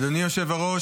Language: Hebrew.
אדוני היושב-ראש,